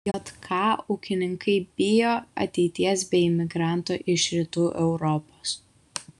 jk ūkininkai bijo ateities be imigrantų iš rytų europos